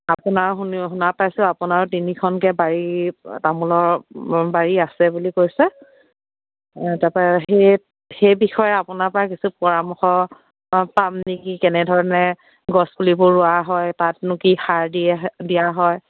আপোনাৰো শুনি শুনা পাইছো আপোনাৰও তিনিখনকৈ বাৰী তামোলৰ বাৰী আছে বুলি কৈছে তাৰপৰা সেইত সেই বিষয়ে আপোনাৰ পৰা কিছু পৰামৰ্শ পাম নেকি কেনেধৰণে গছ পুলিবোৰ ৰোৱা হয় তাতনো কি সাৰ দিয়ে দিয়া হয়